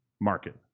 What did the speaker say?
Market